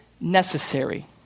necessary